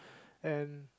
and